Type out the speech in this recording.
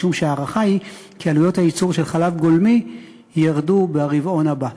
משום שההערכה היא כי עלויות הייצור של חלב גולמי ירדו ברבעון הבא,